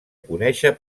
conéixer